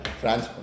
France